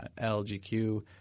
LGQ